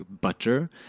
butter